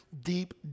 deep